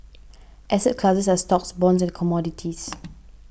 asset classes are stocks bonds and commodities